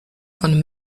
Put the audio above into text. von